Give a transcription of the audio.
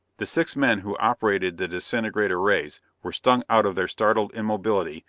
the six men who operated the disintegrator rays were stung out of their startled immobility,